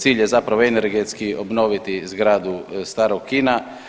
Cilj je zapravo energetski obnoviti zgradu starog kina.